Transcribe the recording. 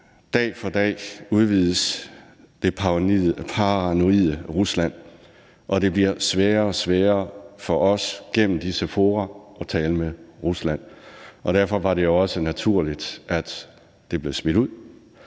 Dag for dag udvides det paranoide Rusland, og det bliver sværere og sværere for os gennem disse fora at tale med Rusland. Derfor var det jo også naturligt, at det blev smidt ud.